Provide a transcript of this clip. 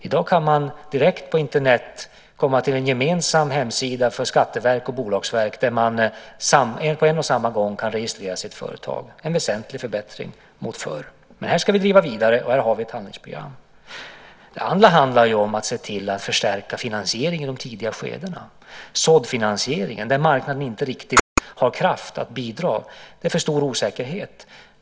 I dag kan man direkt på Internet komma till en gemensam hemsida för skatteverk och bolagsverk där man på en och samma gång kan registrera sitt företag - en väsentlig förbättring mot förr. Men här ska vi driva vidare, och här har vi ett handlingsprogram. Det andra handlar om att se till att förstärka finansieringen i de tidigare skedena, till exempel såddfinansieringen där marknaden inte riktigt har kraft att bidra därför att det är för stor osäkerhet.